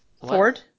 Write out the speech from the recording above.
Ford